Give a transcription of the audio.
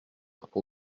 pour